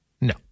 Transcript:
No